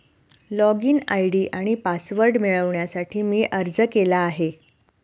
login ID आणि password मिळवण्यासाठी मी अर्ज केला आहे